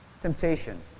temptation